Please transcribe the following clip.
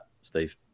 Steve